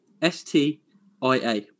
S-T-I-A